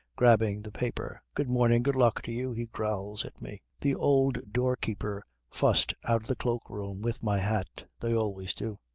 grabbing the paper. good morning, good luck to you, he growls at me. the old doorkeeper fussed out of the cloak-room with my hat. they always do.